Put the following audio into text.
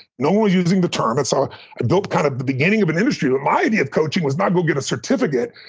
no one's using the term, and so i built kind of the beginning of an industry. but my idea of coaching was not go get a certificate.